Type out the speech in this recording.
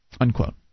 unquote